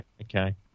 okay